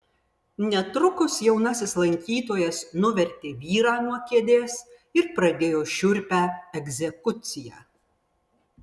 netrukus jaunasis lankytojas nuvertė vyrą nuo kėdės ir pradėjo šiurpią egzekuciją